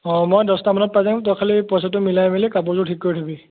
অ' মই দহটামানত পাই যাম তই খালি পইচাটো মিলাই মেলি কাপোৰযোৰ ঠিক কৰি থ'বি